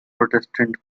protestant